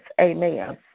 amen